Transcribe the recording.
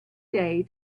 day